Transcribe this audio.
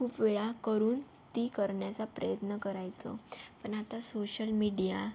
खूप वेळा करून ती करण्याचा प्रयत्न करायचो पण आता सोशल मीडिया